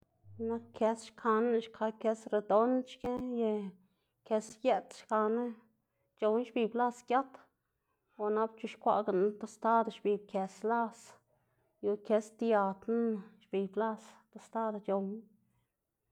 X̱iꞌk nak kës xkaná lëꞌná xka kës redond xki ye kës yeꞌts xkaná c̲h̲owná xbib las giat o nap c̲h̲ixkwaꞌganá tostado xbix kës las, yu kës dia knuna xbib las tostada c̲h̲owná.